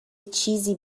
چیزی